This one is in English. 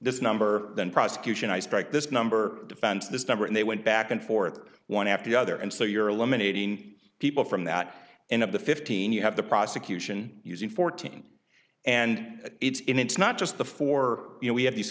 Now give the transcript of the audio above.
this number then prosecution i strike this number defense this number and they went back and forth one after the other and so you're eliminating people from that and up to fifteen you have the prosecution using fourteen and it's in it's not just the four you know we have these